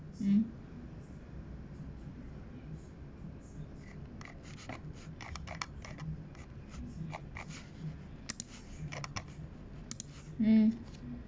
mm mm